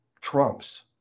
trumps